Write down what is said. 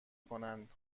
کنند